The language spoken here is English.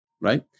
right